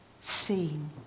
seen